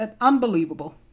Unbelievable